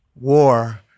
war